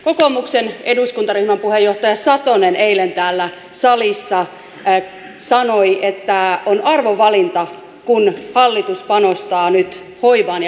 kokoomuksen eduskuntaryhmän puheenjohtaja satonen eilen täällä salissa sanoi että on arvovalinta kun hallitus panostaa nyt hoivaan ja pärjäämiseen